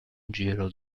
giro